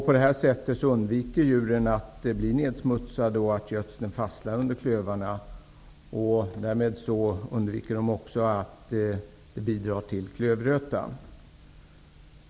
På det här sättet undviker djuren att bli nedsmutsade och att gödslet fastnar under klövarna, och därmed undviker man också att gödslet bidrar till klövröta.